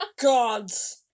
Gods